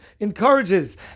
encourages